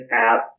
app